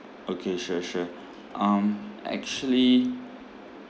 okay sure sure um actually